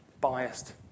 biased